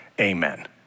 Amen